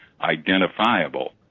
identifiable